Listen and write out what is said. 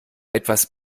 etwas